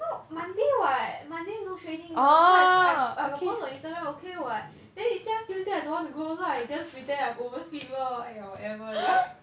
no monday [what] monday no training mah so I I I got post on Instagram okay [what] then it's just tuesday I don't want to go so I just pretend I'm oversleep lor !aiya! whatever lah